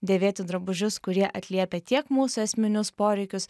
dėvėti drabužius kurie atliepia tiek mūsų esminius poreikius